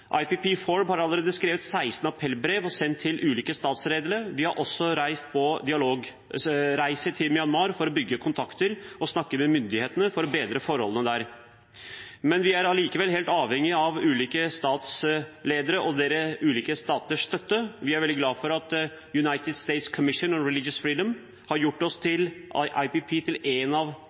IPPFoRB har allerede skrevet 16 appellbrev og sendt til ulike statsledere, og vi har også vært på dialogreise til Myanmar for å bygge kontakter og snakke med myndighetene for å bedre forholdene der. Men vi er helt avhengige av ulike statslederes og ulike staters støtte. Vi er veldig glade for at United States Commission on International Religious Freedom har gjort IPP til én av